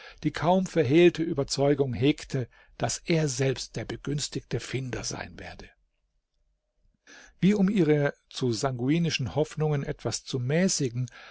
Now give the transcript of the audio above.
die kaum verhehlte überzeugung hegte daß er selbst der begünstigte finder sein werde wie um ihre zu sanguinischen hoffnungen etwas zu mäßigen